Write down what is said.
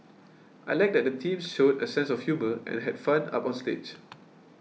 I like that the teams showed a sense of humour and had fun up on stage